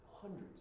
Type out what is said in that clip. hundreds